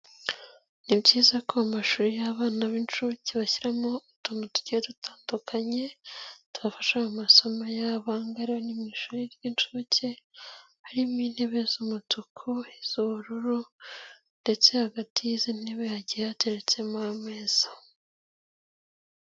Ni byiza ko amashuri y'abana b'incuke bashyiramo utuntu tugiye dutandukanye tubafasha mu masomo yabo. Mu ishuri ry'incuke harimo intebe z'umutuku, iz'ubururu ndetse hagati y'izi ntebe hagiye hateretsemo ameza.